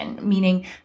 meaning